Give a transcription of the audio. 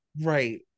right